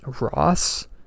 Ross